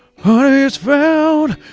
honey's found